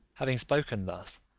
having spoken thus,